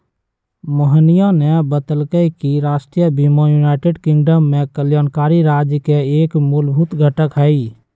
मोहिनीया ने बतल कई कि राष्ट्रीय बीमा यूनाइटेड किंगडम में कल्याणकारी राज्य के एक मूलभूत घटक हई